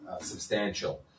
substantial